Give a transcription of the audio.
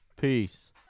Peace